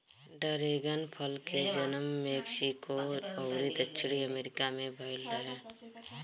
dragon फल के जनम मेक्सिको अउरी दक्षिणी अमेरिका में भईल रहे